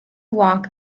walk